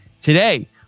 Today